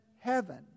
heaven